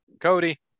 Cody